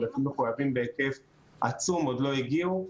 העודפים המחויבים בהיקף עצום עדיין לא הגיעו,